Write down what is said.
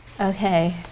Okay